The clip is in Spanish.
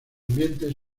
ambiente